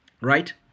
right